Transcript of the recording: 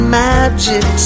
magic